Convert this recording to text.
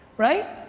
right?